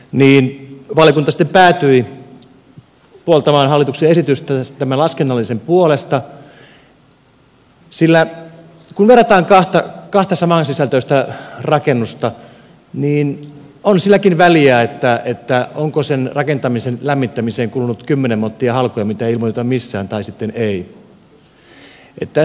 valiokunta sitten päätyi puoltamaan hallituksen esitystä tämän laskennallisen puolesta sillä kun verrataan kahta samansisältöistä rakennusta on silläkin väliä onko sen rakennuksen lämmittämiseen kulunut kymmenen mottia halkoja mitä ei ilmoiteta missään vai sitten ei